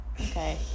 Okay